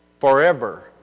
Forever